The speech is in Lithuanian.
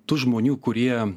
tų žmonių kurie